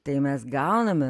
tai mes gauname